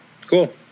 Cool